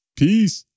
peace